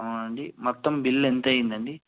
అవునండి మొత్తం బిల్లు ఎంతయ్యందండి